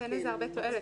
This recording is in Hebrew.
אז אין לזה הרבה תועלת,